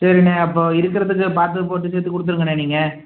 சரிண்ணே அப்போது இருக்கிறதுக்கு பார்த்து போட்டு சேர்த்து கொடுத்துடுங்கண்ணே நீங்கள்